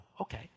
okay